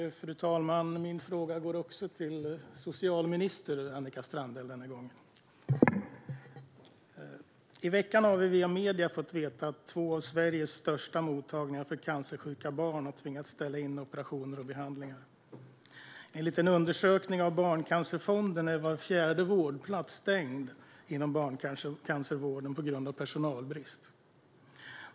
Fru talman! Min fråga går till socialminister Annika Strandhäll. I veckan har vi via medierna fått veta att två av Sveriges största mottagningar för cancersjuka barn har tvingats ställa in operationer och behandlingar. Enligt en undersökning från Barncancerfonden är var fjärde vårdplats stängd inom barncancervården på grund av personalbrist.